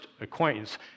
acquaintance